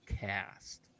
cast